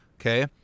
okay